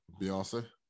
Beyonce